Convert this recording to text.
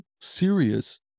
serious